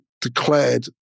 declared